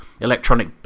electronic